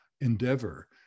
endeavor